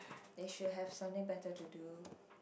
they should have something better to do